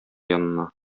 янына